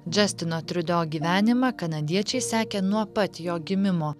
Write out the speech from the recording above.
džastino triudo gyvenimą kanadiečiai sekė nuo pat jo gimimo